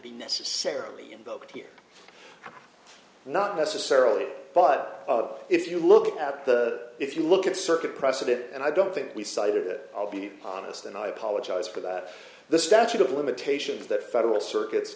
be necessarily invoked here not necessarily but if you look at the if you look at circuit precedent and i don't think we cited that i'll be honest and i apologize for that the statute of limitations that federal circuit